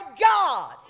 God